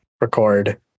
record